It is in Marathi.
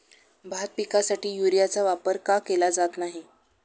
भात पिकासाठी युरियाचा वापर का केला जात नाही?